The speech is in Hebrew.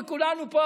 וכולנו פה,